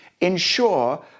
ensure